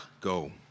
Go